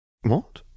What